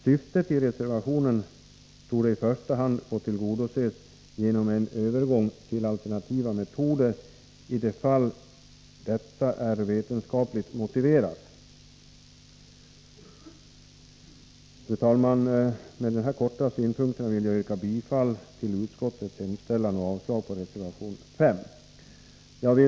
Syftet i reservationen torde i första hand få tillgodoses genom en övergång till alternativa metoder i de fall detta är vetenskapligt motiverat. Fru talman! Med denna kortfattade synpunkt vill jag yrka avslag på reservation 5.